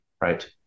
Right